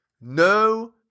No